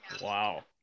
Wow